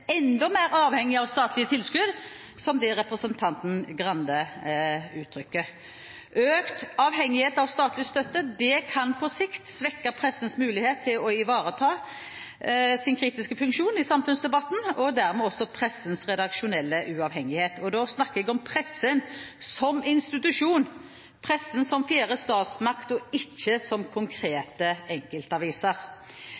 enda mer avhengig av statlige tilskudd, som er det representanten Grande uttrykker. Økt avhengighet av statlig støtte kan på sikt svekke pressens mulighet til å ivareta sin kritiske funksjon i samfunnsdebatten, og dermed også pressens redaksjonelle uavhengighet, og da snakker jeg om pressen som institusjon, pressen som den fjerde statsmakt, og ikke som